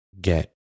get